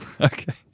Okay